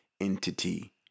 entity